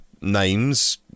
names